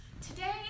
Today